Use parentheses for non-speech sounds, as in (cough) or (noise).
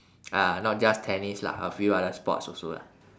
(breath) uh not just tennis lah a few other sports also lah